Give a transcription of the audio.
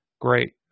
great